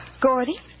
Gordy